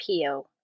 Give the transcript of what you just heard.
Pio